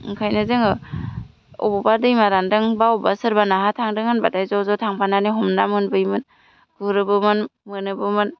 ओंखायनो जोङो बबावबा दैमा रानदों बा बबावबा सोरबा नाहा थांदों होनबाथाय ज' ज' थांफानानै हमना मोनबोयोमोन गुरोबोमोन मोनोबोमोन